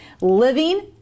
living